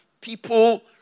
people